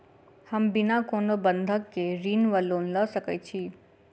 हम बिना कोनो बंधक केँ ऋण वा लोन लऽ सकै छी?